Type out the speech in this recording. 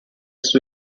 sue